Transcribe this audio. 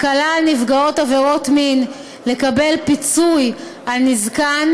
הקלה על נפגעות עבירות מין לקבל פיצוי על נזקן,